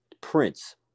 prince